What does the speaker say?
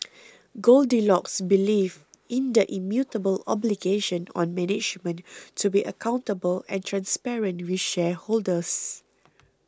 goldilocks believes in the immutable obligation on management to be accountable and transparent with shareholders